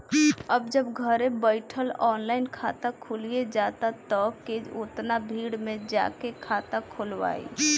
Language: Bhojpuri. अब जब घरे बइठल ऑनलाइन खाता खुलिये जाता त के ओतना भीड़ में जाके खाता खोलवाइ